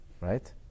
right